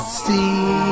see